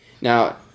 Now